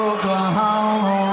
Oklahoma